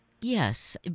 Yes